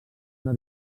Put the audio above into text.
una